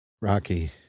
Rocky